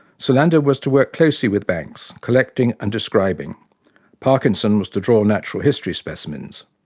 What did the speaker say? so and was to work closely with banks, collecting and describing parkinson was to draw natural history specimens.